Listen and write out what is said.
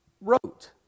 wrote